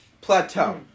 plateau